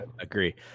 agree